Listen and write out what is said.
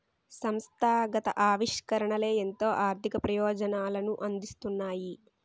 సంస్థాగత ఆవిష్కరణలే ఎంతో ఆర్థిక ప్రయోజనాలను అందిస్తున్నాయి